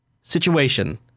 situation